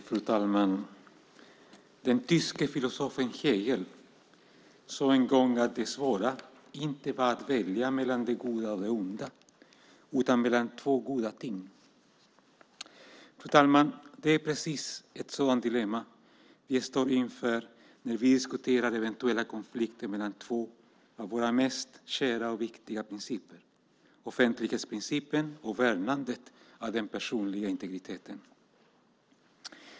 Fru talman! Den tyske filosofen Hegel sade en gång att det svåra inte är att välja mellan det goda och det onda utan att välja mellan två goda ting. Fru talman! Det är precis ett sådant dilemma vi står inför när vi diskuterar eventuella konflikter mellan två av våra mest kära och viktiga principer, offentlighetsprincipen och värnandet av den personliga integriteten.